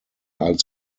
als